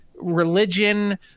religion